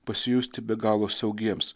pasijusti be galo saugiems